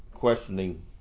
questioning